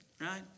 Right